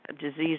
disease